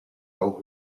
auch